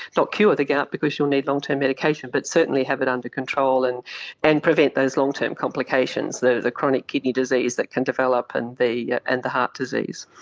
not cure the gout because you will need long-term medication but certainly have it under control and and prevent those long-term complications, the the chronic kidney disease that can develop and and the heart disease.